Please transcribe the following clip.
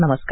नमस्कार